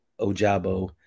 Ojabo